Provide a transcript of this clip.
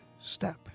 step